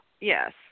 Yes